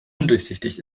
undurchsichtig